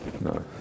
no